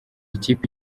ikipe